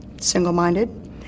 single-minded